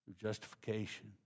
justification